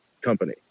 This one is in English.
company